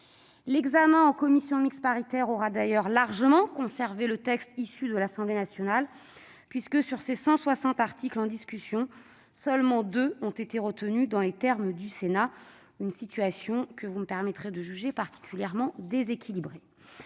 L'examen en commission mixte paritaire aura d'ailleurs largement conservé le texte issu de l'Assemblée nationale : sur ces 160 articles en discussion, seulement 2 ont été retenus dans les termes proposés par le Sénat, situation que vous me permettrez de juger particulièrement déséquilibrée.